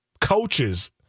coaches